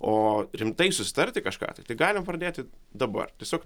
o rimtai susitarti kažką tai tai galim pradėti dabar tiesiog